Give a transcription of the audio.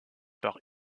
par